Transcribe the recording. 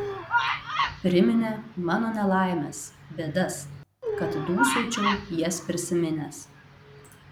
priminė mano nelaimes bėdas kad dūsaučiau jas prisiminęs